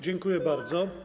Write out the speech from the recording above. Dziękuję bardzo.